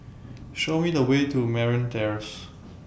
Show Me The Way to Merryn Terrace